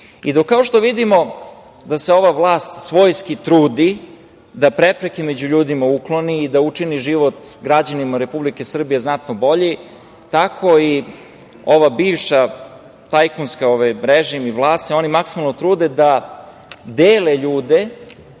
se, kao što vidimo, ova vlast svojski trudi da prepreke među ljudima ukloni i da učini život građanima Republike Srbije znatno boljim, tako i ova bivša vlast i tajkunski režim se maksimalno trude da dele ljude,